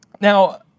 Now